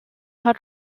hat